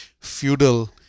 feudal